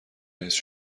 رییس